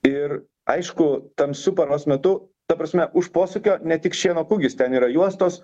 ir aišku tamsiu paros metu ta prasme už posūkio ne tik šieno kūgis ten yra juostos